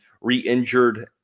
re-injured